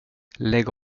lägg